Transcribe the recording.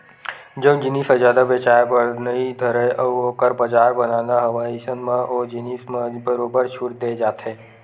जउन जिनिस ह जादा बेचाये बर नइ धरय अउ ओखर बजार बनाना हवय अइसन म ओ जिनिस म बरोबर छूट देय जाथे